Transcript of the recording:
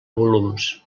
volums